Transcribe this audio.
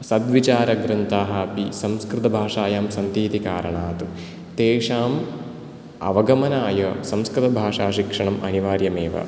सद्विचारग्रन्थाः अपि संस्कृत भाषायां सन्तीति कारणात् तेषां अवगमनाय संस्कृतभाषा शिक्षणम् अनिवार्यमेव